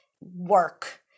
work